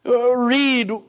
read